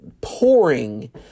pouring